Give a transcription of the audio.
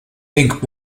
think